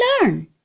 learn